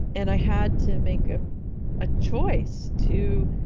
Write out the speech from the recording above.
and i had to make a ah choice to